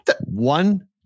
One